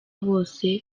bose